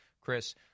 Chris